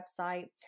website